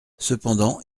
cependant